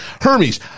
hermes